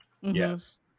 Yes